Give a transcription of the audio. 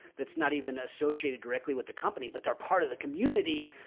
that's not even associated directly with the company, but they're part of the community.